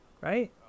right